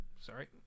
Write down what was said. sorry